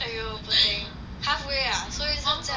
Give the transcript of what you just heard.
!aiyo! halfway ah so is like